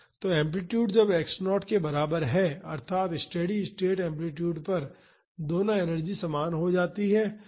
तो एम्पलीटूड जब x0 के बराबर है अर्थात स्टेडी स्टेट एम्पलीटूड पर दोनों एनर्जी समान हो जाती हैं